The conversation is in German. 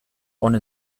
ohne